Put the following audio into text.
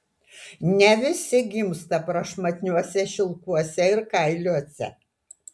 ne visi gimsta prašmatniuose šilkuose ir kailiuose